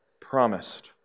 promised